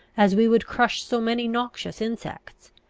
as we would crush so many noxious insects.